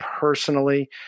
personally